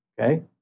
Okay